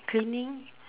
cleaning